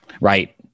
right